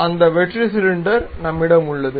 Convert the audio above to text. அந்த வெற்று சிலிண்டர் நம்மிடம் உள்ளது